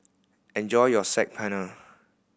enjoy your Saag Paneer